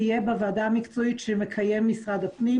תהיה בוועדה המקצועית שמקיים משרד הפנים.